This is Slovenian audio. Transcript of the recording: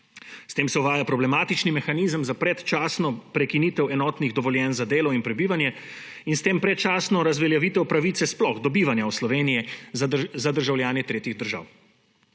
S tem se uvaja problematični mehanizem za predčasno prekinitev enotnih dovoljenj za delo in prebivanje in s tem predčasno razveljavitev pravice sploh do bivanja v Sloveniji za državljane tretjih držav.